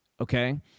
okay